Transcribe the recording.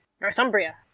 Northumbria